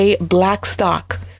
blackstock